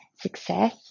success